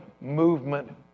movement